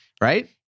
right